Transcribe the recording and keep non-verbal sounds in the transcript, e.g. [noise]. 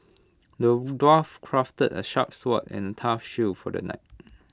the [unintelligible] dwarf crafted A sharp sword and A tough shield for the knight